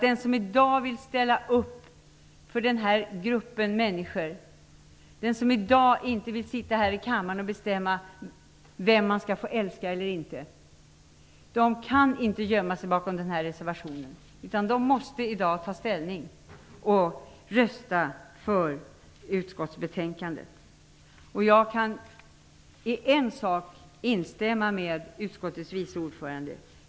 Den som i dag vill ställa upp för den här gruppen människor och den som i dag inte vill sitta här i kammaren och bestämma vem man skall få älska eller inte kan inte gömma sig bakom den här reservationen. De måste i dag ta ställning och rösta för utskottsbetänkandet. I ett avseende kan jag instämma med utskottets vice ordförande.